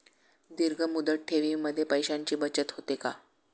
दीर्घ मुदत ठेवीमध्ये पैशांची बचत होते का?